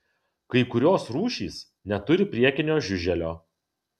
kai kurios rūšys neturi priekinio žiuželio